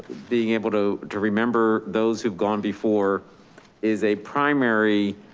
being able to to remember those who've gone before is a primary,